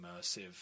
immersive